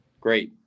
Great